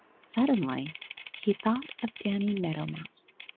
suddenly he thought of danny meadow mouse.